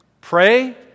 pray